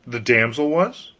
the damsel was?